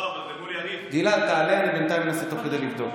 גלעד, תעלה, ואני אנסה תוך כדי לבדוק.